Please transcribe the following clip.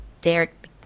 Derek